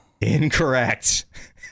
Incorrect